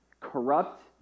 corrupt